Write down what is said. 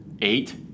eight